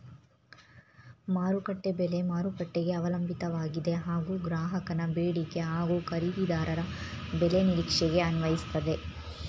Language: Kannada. ಮಾರುಕಟ್ಟೆ ಬೆಲೆ ಮಾರುಕಟ್ಟೆಗೆ ಅವಲಂಬಿತವಾಗಿದೆ ಹಾಗೂ ಗ್ರಾಹಕನ ಬೇಡಿಕೆ ಹಾಗೂ ಖರೀದಿದಾರರ ಬೆಲೆ ನಿರೀಕ್ಷೆಗೆ ಅನ್ವಯಿಸ್ತದೆ